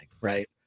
right